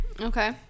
Okay